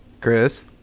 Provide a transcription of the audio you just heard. Chris